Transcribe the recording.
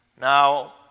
Now